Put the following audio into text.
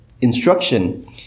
instruction